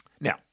Now